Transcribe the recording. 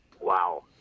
Wow